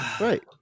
Right